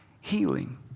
healing